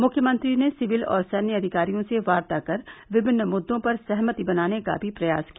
मुख्यमंत्री ने सिविल और सैन्य अधिकारियों से वार्ता कर विभिन्न मुद्दों पर सहमति बनाने का भी प्रयास किया